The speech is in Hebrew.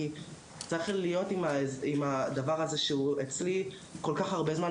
אני צריך להיות עם דבר הזה שהוא אצלי כל כך הרבה זמן,